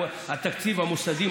התקציב המוסדי,